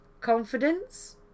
confidence